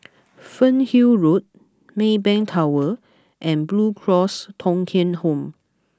Fernhill Road Maybank Tower and Blue Cross Thong Kheng Home